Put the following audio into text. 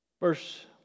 Verse